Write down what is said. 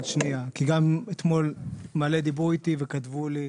כי גם אתמול הרבה דיברו איתי וכתבו לי.